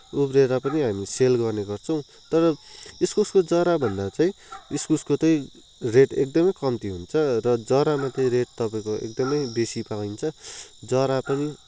उब्रिएर पनि हामी सेल गर्ने गर्छौँ तर इस्कुसको जराभन्दा चाहिँ इस्कुसको चाहिँ रेट एकदमै कम्ती हुन्छ र जरामा चाहिँ रेट तपाईँको एकदमै बेसी पाइन्छ जरा पनि